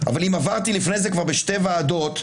אבל אם עברתי לפני זה כבר בשתי ועדות,